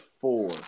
four